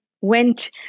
went